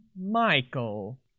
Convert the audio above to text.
michael